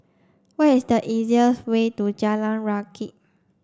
what is the easiest way to Jalan Rakit